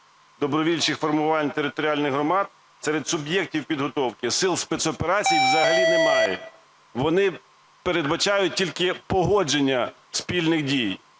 добровольчих формувань територіальних громад серед суб'єктів підготовки Сил спецоперацій взагалі немає, вони передбачають тільки погодження спільних дій.